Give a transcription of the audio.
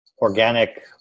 organic